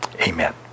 Amen